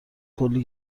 کلی